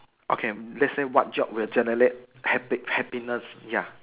okay let's say what job will generate happy happiest ya